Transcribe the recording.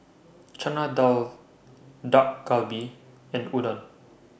Chana Dal Dak Galbi and Udon